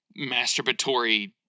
masturbatory